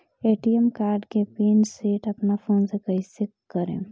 ATM card के pin set अपना phone से कइसे करेम?